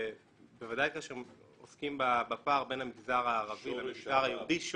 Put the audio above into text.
ובוודאי כאשר עוסקים בפער בין המגזר הערבי למגזר היהודי,